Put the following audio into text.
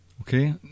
Okay